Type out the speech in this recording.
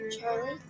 Charlie